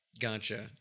Gotcha